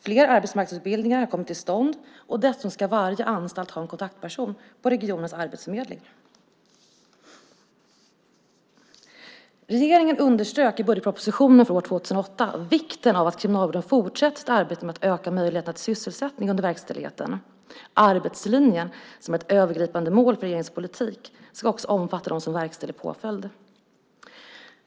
Flera arbetsmarknadsutbildningar har kommit till stånd, och dessutom ska varje anstalt ha en kontaktperson på regionens arbetsförmedling. Regeringen underströk i budgetpropositionen för år 2008 vikten av att Kriminalvården fortsätter sitt arbete med att öka möjligheterna till sysselsättning under verkställigheten. Arbetslinjen, som är ett övergripande mål för regeringens politik, ska också omfatta dem som verkställer påföljd.